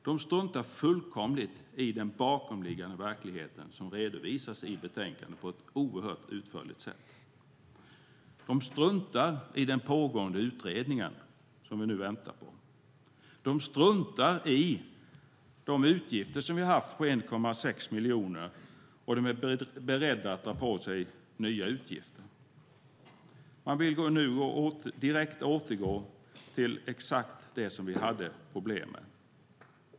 De struntar fullkomligt i den bakomliggande verkligheten som redovisas i betänkandet på ett oerhört utförligt sätt. De struntar i den pågående utredningen som vi väntar på. De struntar i de utgifter på 1,6 miljoner som vi har haft, och de är beredda att ta på sig nya utgifter. Man vill återgå till exakt det som vi hade problem med.